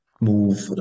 move